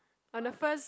on the first